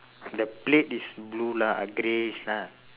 the plate is blue lah greyish lah